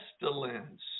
pestilence